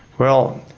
well,